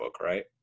right